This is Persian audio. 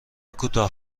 کوتاه